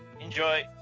Enjoy